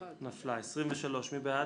אין הרביזיה על סעיף 48 לא נתקבלה.